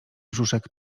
brzuszek